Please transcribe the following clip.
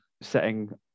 setting